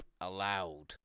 allowed